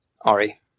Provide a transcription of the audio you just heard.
Ari